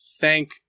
thank